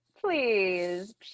please